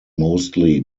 mostly